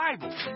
Bible